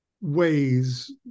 ways